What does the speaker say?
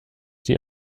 sie